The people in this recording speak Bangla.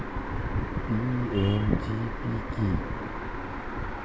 পি.এম.ই.জি.পি কি?